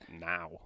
now